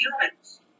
humans